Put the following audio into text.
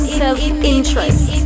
self-interest